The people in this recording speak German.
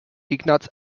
ignaz